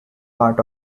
part